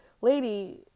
lady